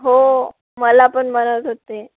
हो मला पण म्हणत होते